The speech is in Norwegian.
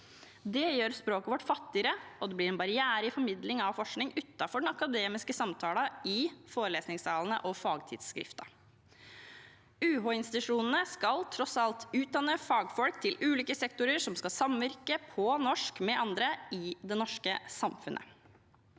Det gjør språket vårt fattigere, og det blir en barriere i formidling av forskning utenfor den akademiske samtalen i forelesningssalene og fagtidsskrifter. UH-institusjonene skal tross alt utdanne fagfolk til ulike sektorer som skal samvirke på norsk med andre i det norske samfunnet.